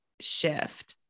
shift